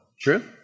True